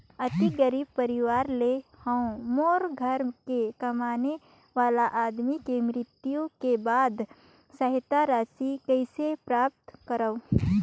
अति गरीब परवार ले हवं मोर घर के कमाने वाला आदमी के मृत्यु के बाद सहायता राशि कइसे प्राप्त करव?